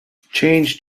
change